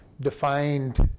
defined